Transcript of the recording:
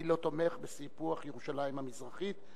אני לא תומך בסיפוח ירושלים המזרחית.